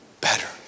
better